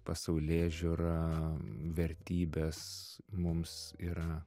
pasaulėžiūrą vertybes mums yra